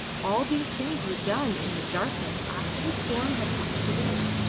all these things were done in the darkness after the storm had passed away.